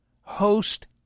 host